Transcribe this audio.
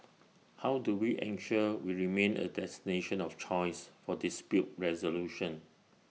how do we ensure we remain A destination of choice for dispute resolution